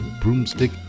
Broomstick